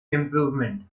improvement